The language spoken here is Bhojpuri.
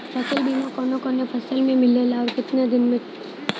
फ़सल बीमा कवने कवने फसल में मिलेला अउर कितना दिन में?